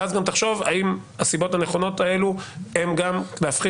ואז גם תחשוב האם הסיבות הנכונות האלה גם להפחית